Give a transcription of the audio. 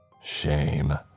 Shame